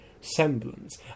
semblance